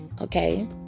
okay